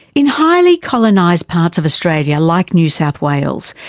in highly colonised parts of australia, like new south wales,